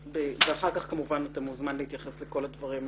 אחר כך כמובן אתה מוזמן להתייחס לכל הדברים האחרים.